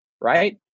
right